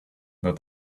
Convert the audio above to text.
that